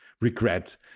regret